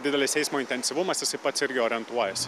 didelis eismo intensyvumas jisai pats irgi orientuojasi